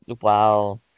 wow